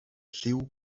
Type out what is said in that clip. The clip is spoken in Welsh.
lliw